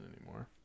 anymore